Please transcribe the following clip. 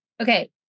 Okay